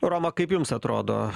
roma kaip jums atrodo